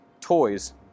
Toys